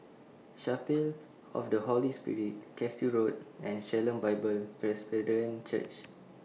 Chapel of The Holy Spirit Cashew Road and Shalom Bible Presbyterian Church